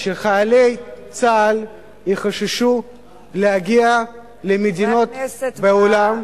שחיילי צה"ל יחששו להגיע למדינות בעולם,